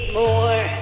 more